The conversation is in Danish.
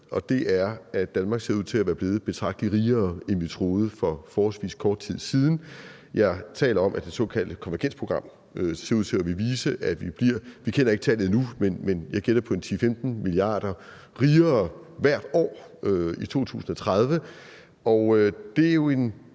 og det er, at Danmark ser ud til at være blevet betragtelig rigere, end vi troede for forholdsvis kort tid siden. Jeg taler om, at det såkaldte konvergensprogram ser ud til at vise, at vi bliver rigere. Vi kender ikke tallet endnu, men jeg gætter på, at vi bliver 10-15 mia. kr. rigere hvert år i 2030. Det er jo en